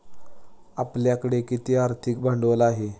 आपल्याकडे किती आर्थिक भांडवल आहे?